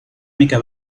mica